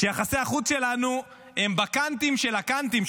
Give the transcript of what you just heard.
כשיחסי החוץ שלנו הם בקנטים של הקנטים,